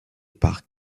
par